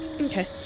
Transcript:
okay